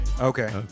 Okay